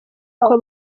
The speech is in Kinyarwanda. uko